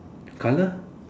color